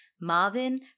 marvin